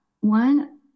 one